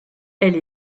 elle